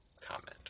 Comment